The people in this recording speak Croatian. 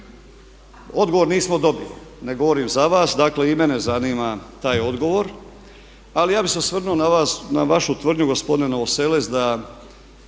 Odgovor nismo dobili, ne govorim za vas, dakle i mene zanima taj odgovor ali ja bih se osvrnuo na vas, na vašu tvrdnju gospodine Novoselec da